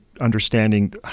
understanding